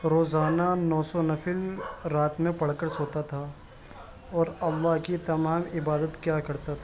روزانہ نو سو نفل رات میں پڑھ کر سوتا تھا اور اللہ کی تمام عبادت کیا کرتا تھا